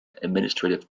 administrative